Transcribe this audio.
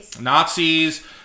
Nazis